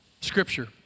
scripture